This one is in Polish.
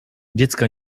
dziecka